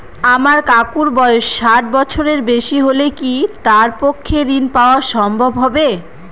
আমার কাকুর বয়স ষাট বছরের বেশি হলে কি তার পক্ষে ঋণ পাওয়া সম্ভব হবে?